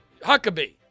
Huckabee